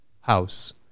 house